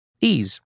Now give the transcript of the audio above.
Ease